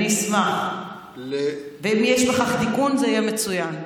אני אשמח, ואם יש לכך תיקון, זה יהיה מצוין.